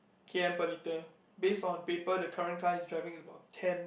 K_M per liter base on paper the current car he's driving is about ten